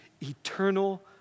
eternal